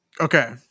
okay